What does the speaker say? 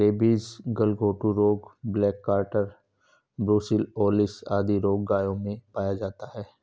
rabies, गलघोंटू रोग, black quarter, brucellosis आदि रोग गायों में पाया जाता है